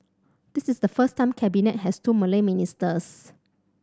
this is the first time Cabinet has two Malay ministers